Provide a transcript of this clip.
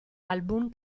album